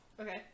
Okay